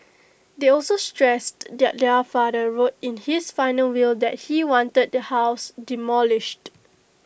they also stressed that their father wrote in his final will that he wanted the house demolished